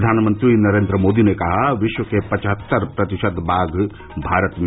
प्रधानमंत्री नरेन्द्र मोदी ने कहा विश्व के पचहत्तर प्रतिशत बाघ भारत में